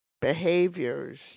behaviors